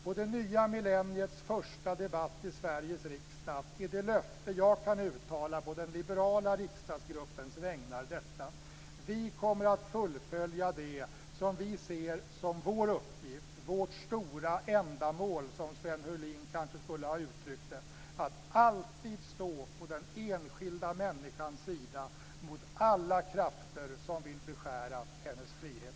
I det nya millenniets första debatt i Sveriges riksdag är det löfte som jag kan uttala på den liberala riksdagsgruppens vägnar detta: Vi kommer att fullfölja det som vi ser som vår uppgift, vårt stora ändamål, som Sven Heurlin kanske skulle ha uttryckt det: att alltid stå på den enskilda människans sida mot alla krafter som vill beskära hennes frihet.